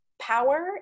power